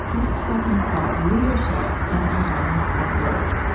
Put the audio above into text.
he's talking about leadership and our lives at work.